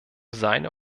seine